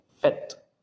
fit